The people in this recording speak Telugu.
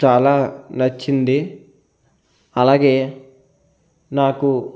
చాలా నచ్చింది అలాగే నాకు